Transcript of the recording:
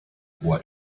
what